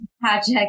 project